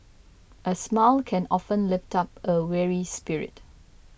a smile can often lift up a weary spirit